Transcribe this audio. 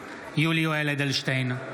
יולי יואל אדלשטיין,